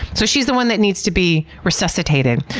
so she's the one that needs to be resuscitated.